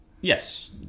Yes